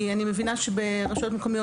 כי אני מבינה שברשויות מקומיות,